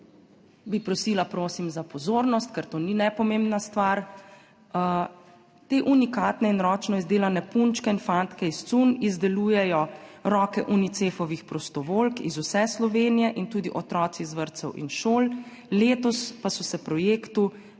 Prosila bi za pozornost, ker to ni nepomembna stvar. Te unikatne in ročno izdelane punčke in fantke iz cunj izdelujejo roke Unicefovih prostovoljk iz vse Slovenije in tudi otroci iz vrtcev in šol, letos pa so se projektu